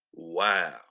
Wow